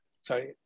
sorry